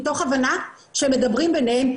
מתוך הבנה שהם מדברים ביניהם.